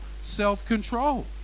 self-control